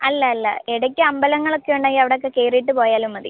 അല്ല അല്ല ഇടയ്ക്ക് അമ്പലങ്ങൾ ഒക്കെ ഉണ്ടെങ്കിൽ അവിടെ ഒക്കെ കയറിയിട്ട് പോയാലും മതി